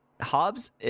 Hobbs